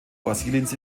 brasiliens